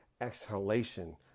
exhalation